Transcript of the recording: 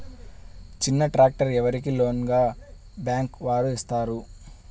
చిన్న ట్రాక్టర్ ఎవరికి లోన్గా బ్యాంక్ వారు ఇస్తారు?